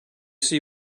see